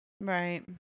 Right